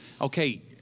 okay